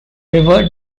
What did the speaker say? river